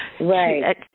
Right